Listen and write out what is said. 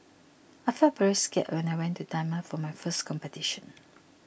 I felt very scared when I went to Myanmar for my first competition